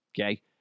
Okay